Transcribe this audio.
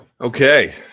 okay